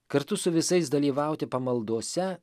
kartu su visais dalyvauti pamaldose